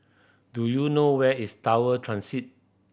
do you know where is Tower Transit